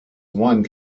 one